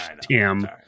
Tim